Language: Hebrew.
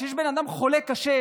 כשבן אדם חולה קשה,